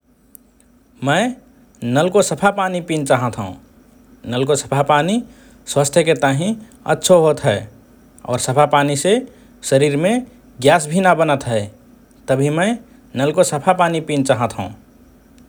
मए नलको सफा पानी पिन चाहत हओं । नलको सफा पानी स्वास्थ्यके ताहिँ अछ्छो होत हए और सफा पानीसे शरीरमे ग्यास भि ना बनत हए । तभि मए नलको सफा पानी पिन चाहत हओं ।